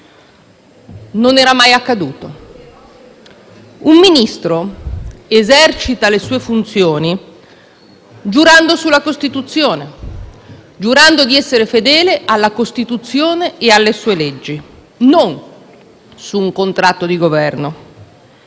Non era mai accaduto. Un Ministro esercita le sue funzioni giurando sulla Costituzione, giurando di essere fedele alla Costituzione e alle sue leggi, non su un contratto di Governo